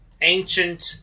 ancient